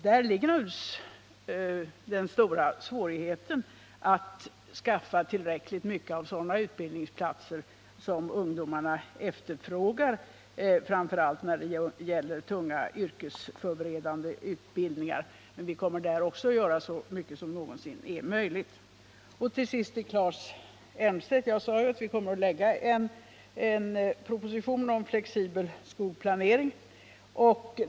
Den stora svårigheten därvidlag ligger naturligtvis i att skaffa tillräckligt många sådana utbildningsplatser som ungdomarna efterfrågar, framför allt när det gäller tunga yrkesförberedande utbildningar, men vi kommer även där att göra vad som är möjligt. Till sist vill jag säga till Claes Elmstedt att jag framhöll att vi kommer att lägga fram en proposition om flexibel skolplanering.